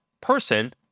person